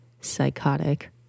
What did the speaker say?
psychotic